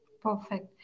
Perfect